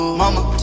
Mama